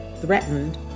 threatened